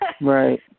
Right